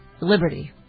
liberty